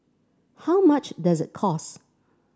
how much does it cost